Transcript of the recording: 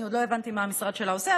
אני עוד לא הבנתי מה המשרד שלה עושה,